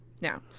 Now